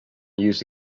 used